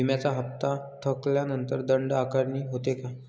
विम्याचा हफ्ता थकल्यानंतर दंड आकारणी होते का?